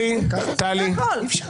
זה הכול.